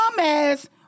ass